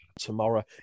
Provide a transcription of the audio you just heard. tomorrow